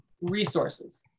resources